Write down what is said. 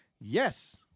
Yes